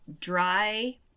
dry